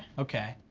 okay,